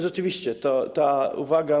Rzeczywiście ta uwaga.